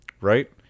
Right